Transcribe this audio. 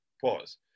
Pause